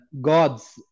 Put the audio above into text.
God's